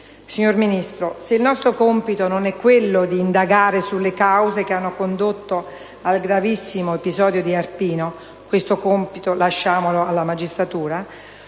Signor Sottosegretario, se il nostro compito non è quello di indagare sulle cause che hanno condotto al gravissimo episodio di Arpino (lasciamo questo compito alla magistratura)